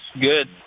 good